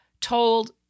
told